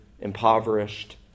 impoverished